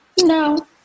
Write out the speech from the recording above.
No